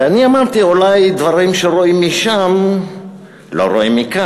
ואני אמרתי: אולי דברים שרואים משם לא רואים מכאן.